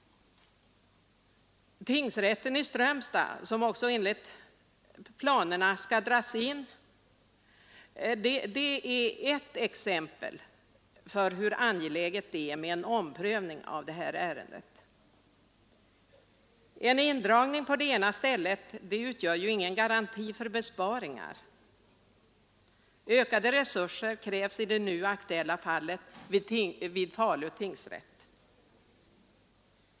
Tingsrätten i Strömstad, som även enligt planerna skall dras in, är ett exempel som visar hur angeläget det är med en omprövning av detta ärende. En indragning på ett ställe utgör ingen garanti för besparing. Ökade resurser krävs t.ex. i det nu aktuella fallet vid Falu tingsrätt.